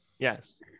Yes